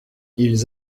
ils